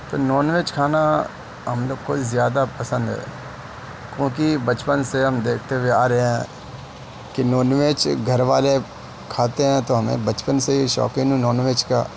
تو non veg کھانا ہم لوگ کو زیادہ پسند ہے کیوں کہ بچپن سے ہم دیکھتے ہوئے آ رہے ہیں کہ نان ویج گھر والے کھاتے ہیں تو ہمیں بچپن سے ہی شوقین ہیں نان ویج کا